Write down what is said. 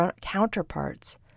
counterparts